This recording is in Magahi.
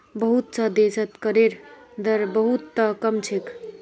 बहुत स देशत करेर दर बहु त कम छेक